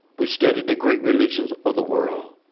we studied the great religions of the world.